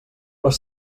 les